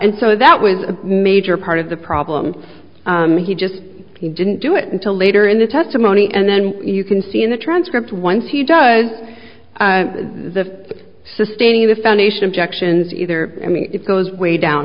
and so that was a major part of the problem he just he didn't do it until later in the testimony and then you can see in the transcript once he does the sustaining the foundation objections either i mean it goes way down